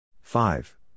five